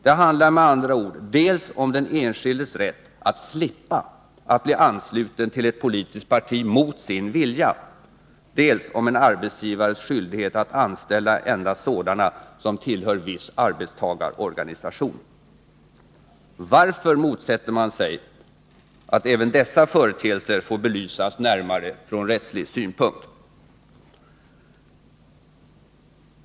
Det handlar med andra ord dels om den enskildes rätt att slippa att bli ansluten till ett politiskt parti mot sin vilja, dels om en arbetsgivares skyldighet att anställa endast sådana som tillhör viss arbetstagarorganisation. Varför motsätter man sig att även dessa företeelser får belysas närmare från rättslig synpunkt?